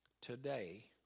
today